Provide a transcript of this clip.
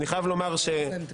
אני חייב לומר שבעיניי,